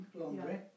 laundry